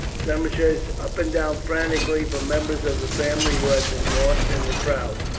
some searched up and down frantically for members of the family who had been lost in the crowd.